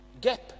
gap